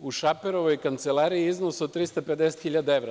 u Šaperovoj kancelariji iznos od 350 hiljada evra.